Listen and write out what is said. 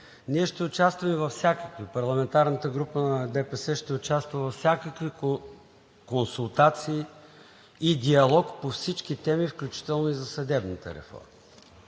Да започнем отзад напред. Парламентарната група на ДПС ще участва във всякакви консултации и диалог по всички теми, включително и за съдебната реформа.